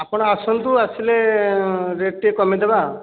ଆପଣ ଆସନ୍ତୁ ଆସିଲେ ରେଟ୍ ଟିକିଏ କମାଇଦେବା